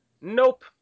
Nope